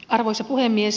arvoisa puhemies